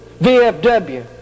VFW